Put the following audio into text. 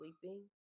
sleeping